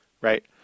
right